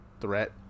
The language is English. threat